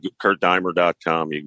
KurtDimer.com